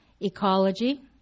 ecology